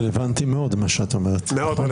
רלוונטי מאוד מה שאת אומרת, מאוד.